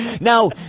Now